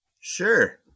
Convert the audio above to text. Sure